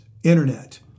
Internet